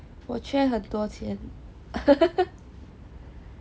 我缺很多钱